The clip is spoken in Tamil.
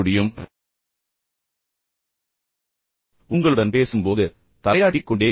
எனவே யாராவது குறிப்பாக ஆசிரியர் உங்களுடன் பேசும்போது தலையாட்டிக்கொண்டே இருங்கள்